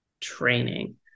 training